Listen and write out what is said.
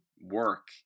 work